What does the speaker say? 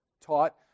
taught